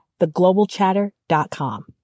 theglobalchatter.com